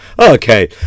Okay